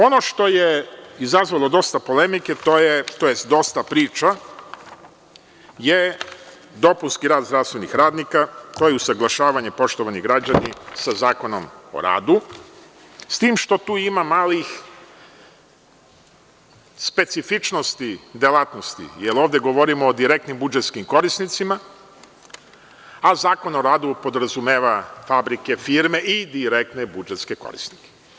Ono što je izazvalo dosta polemike, tj. dosta priča, je dopunski rad zdravstvenih radnika, to je usaglašavanje, poštovani građani, sa Zakonom o radu, s tim što tu ima malih specifičnosti delatnosti, jer ovde govorimo o direktnim budžetskim korisnicima, a Zakon o radu podrazumeva fabrike, firme i direktne budžetske korisnike.